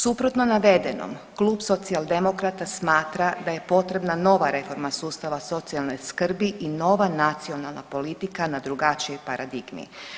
Suprotno navedenom Klub Socijaldemokrata smatra da je potrebna nova reforma sustava socijalne skrbi i nova nacionalna politika na drugačijoj paradigmi.